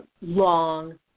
long